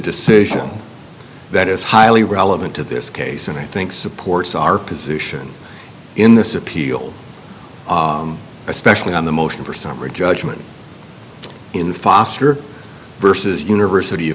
decision that is highly relevant to this case and i think supports our position in this appeal especially on the motion for summary judgment in the foster versus university of